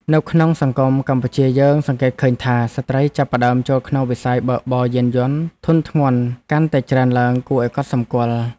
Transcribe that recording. នៅក្នុងសង្គមកម្ពុជាយើងសង្កេតឃើញថា ស្ត្រីចាប់ផ្តើមចូលក្នុងវិស័យបើកបរយានយន្តធុនធ្ងន់កាន់តែច្រើនឡើងគួរឱ្យកត់សម្គាល់។